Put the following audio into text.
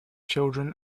children